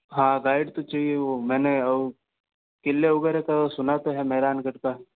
हाँ गाइड तो चाहिए वो मैंने वो किले वगैरह का सुना तो है मेहरानगढ़ का